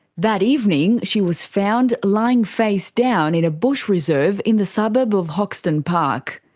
that evening she was found lying face down in a bush reserve in the suburb of hoxton park.